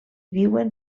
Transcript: viuen